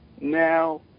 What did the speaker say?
now